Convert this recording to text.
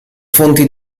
fonti